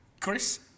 Chris